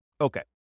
Okay